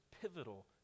pivotal